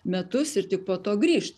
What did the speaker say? metus ir tik po to grįžt